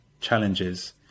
challenges